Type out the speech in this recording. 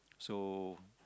so